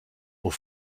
aux